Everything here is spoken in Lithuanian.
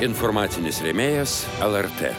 informacinis rėmėjas lrt